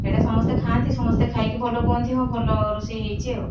ସେଇଟା ସମସ୍ତେ ଖାଆନ୍ତି ସମସ୍ତେ ଖାଇକି ଭଲ କୁହନ୍ତି ହଁ ଭଲ ରୋଷେଇ ହେଇଛି ଆଉ